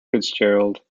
fitzgerald